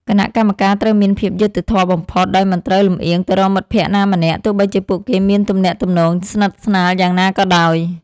គណៈកម្មការត្រូវមានភាពយុត្តិធម៌បំផុត ដោយមិនត្រូវលម្អៀងទៅរកមិត្តភក្តិណាម្នាក់ ទោះបីជាពួកគេមានទំនាក់ទំនងស្និទ្ធស្នាលយ៉ាងណាក៏ដោយ។